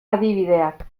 adibideak